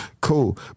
Cool